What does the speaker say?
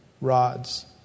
rods